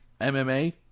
MMA